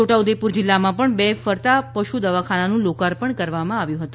છોટાઉદેપુર જિલ્લામાં પણ બે ફરતાં પશુ દવાખાનાનું લોકાર્પણ કરવામાં આવ્યું હતું